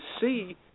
see